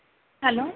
hello